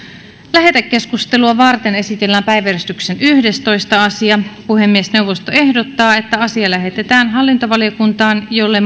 lähetekeskustelua varten esitellään päiväjärjestyksen yhdestoista asia puhemiesneuvosto ehdottaa että asia lähetetään hallintovaliokuntaan jolle